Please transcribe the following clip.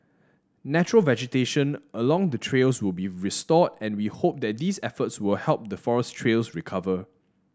natural vegetation along the trails will be restored and we hope that these efforts will help the forest trails recover